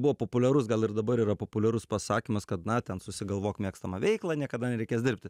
buvo populiarus gal ir dabar yra populiarus pasakymas kad na ten susigalvok mėgstamą veiklą niekada nereikės dirbti